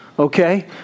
Okay